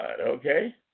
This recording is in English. okay